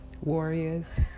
warriors